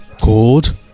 called